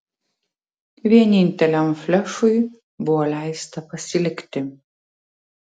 vieninteliam flešui buvo leista pasilikti